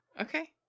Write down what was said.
Okay